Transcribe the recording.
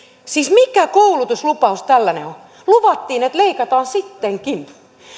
siis mikä koulutuslupaus tällainen on luvattiin mutta leikataan sittenkin